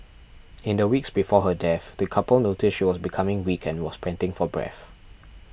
in the weeks before her death the couple noticed she was becoming weak and was panting for breath